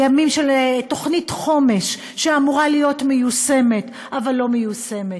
בימים של תוכנית חומש שאמורה להיות מיושמת אבל לא מיושמת,